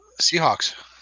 Seahawks